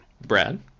Brad